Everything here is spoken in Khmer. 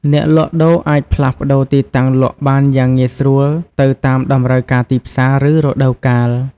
អ្នកលក់ដូរអាចផ្លាស់ប្តូរទីតាំងលក់បានយ៉ាងងាយស្រួលទៅតាមតម្រូវការទីផ្សារ ឬរដូវកាល។